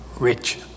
rich